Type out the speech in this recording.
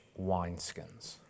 wineskins